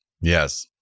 yes